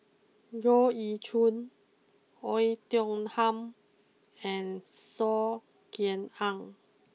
Goh Ee Choo Oei Tiong Ham and Saw Ean Ang